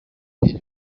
iri